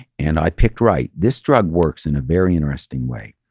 and i picked right. this drug works in a very interesting way.